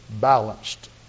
balanced